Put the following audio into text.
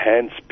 hence